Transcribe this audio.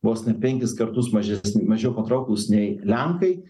vos ne penkis kartus mažesn mažiau patrauklūs nei lenkai